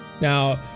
Now